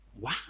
wow